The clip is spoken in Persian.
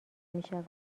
میشود